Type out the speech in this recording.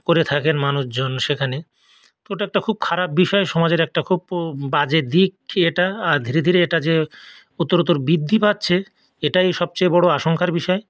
করে থাকেন মানুষজন সেখানে তো ওটা একটা খুব খারাপ বিষয় সমাজের একটা খুব বাজে দিকই এটা আর ধীরে ধীরে এটা যে উত্তরোত্তর বৃদ্ধি পাচ্ছে এটাই সবচেয়ে বড় আশঙ্কার বিষয়